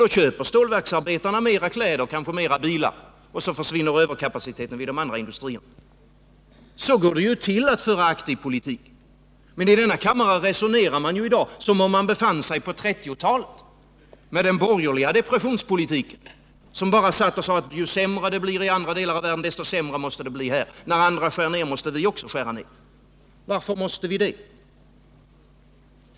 Då köper stålverksarbetarna mer kläder och kanske fler bilar och så försvinner överkapaciteten vid de andra industrierna. Så går det till att föra aktiv politik. Men i denna kammare resonerar man som om man befann sig på 1930-talet med den borgerliga depressionspolitiken som gick ut på att ju sämre det blir i andra delar av världen desto sämre måste det bli här. När andra skär ner måste vi också skära ner. Varför måste vi det?